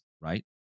right